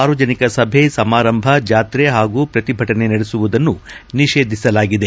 ಸಾರ್ವಜನಿಕ ಸಭೆ ಸಮಾರಂಭ ಜಾತ್ರೆ ಹಾಗೂ ಪ್ರತಿಭಟನೆಗಳನ್ನು ನಡೆಸುವುದನ್ನು ನಿಷೇಧಿಸಲಾಗಿದೆ